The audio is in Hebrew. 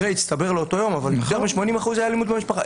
במקרה זה הצטבר לאותו יום אבל יותר מ-80 אחוזים היו אלימות במשפחה,